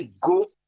go